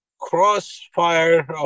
crossfire